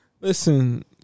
Listen